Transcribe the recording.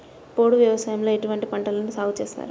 పోడు వ్యవసాయంలో ఎటువంటి పంటలను సాగుచేస్తారు?